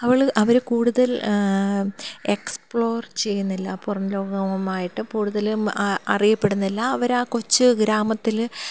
അവൾ അവർ കൂടുതൽ എക്സ്പ്ലോർ ചെയ്യുന്നില്ല പുറം ലോകവുമായിട്ട് കൂടുതലും അറിയപ്പെടുന്നില്ല അവർ ആ കൊച്ചു ഗ്രാമത്തിൽ